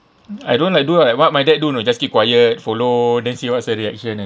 I don't like do like what my dad do you know just keep quiet follow then see what's her reaction eh